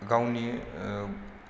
गावनि